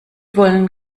wollen